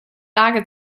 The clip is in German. lage